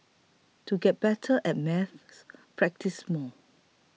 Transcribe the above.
to get better at maths practise more